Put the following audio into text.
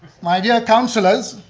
my dear councilors,